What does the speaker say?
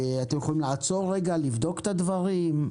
אתם יכולים לעצור רגע, לבדוק את הדברים.